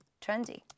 trendy